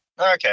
okay